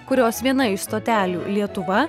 kurios viena iš stotelių lietuva